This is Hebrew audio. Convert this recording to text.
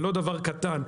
זה לא דבר קטן,